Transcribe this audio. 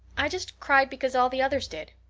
i just cried because all the others did.